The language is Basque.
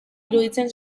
iruditzen